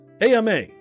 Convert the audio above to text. AMA